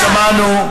שמענו.